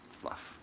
fluff